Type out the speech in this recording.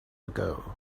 ago